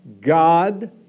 God